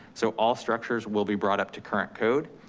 so all structures will be brought up to current code.